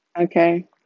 Okay